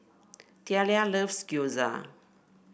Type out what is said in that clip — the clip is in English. Thalia loves Gyoza